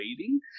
Waiting